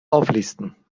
auflisten